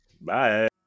bye